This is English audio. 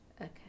Okay